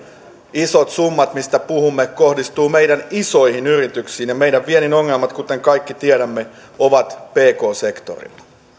isot summat mistä puhumme kohdistuvat meidän isoihin yrityksiin ja meidän viennin ongelmat kuten kaikki tiedämme ovat pk sektorilla